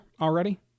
already